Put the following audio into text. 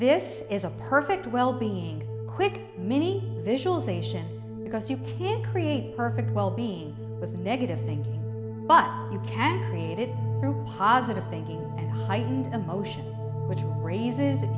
this is a perfect well being quick many visualizations because you can't create perfect well being with negative things but you can create it through positive thinking heightened emotions which raises